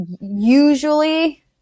Usually